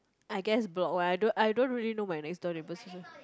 I guess block why I don't I don't really know my next door neighbours also